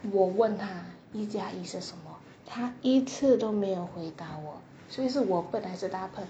我问他一加一是什么他一次都没有回答我所以是我笨还是他笨